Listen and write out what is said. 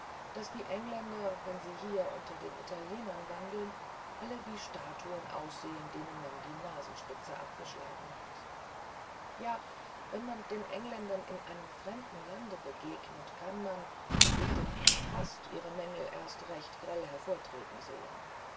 daß die engländer wenn sie hier unter den italienern wandeln alle wie statuen aussehen denen man die nasenspitze abgeschlagen hat ja wenn man den engländern in einem fremden lande begegnet kann man durch den kontrast ihre mängel erst recht grell hervortreten sehen